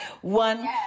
One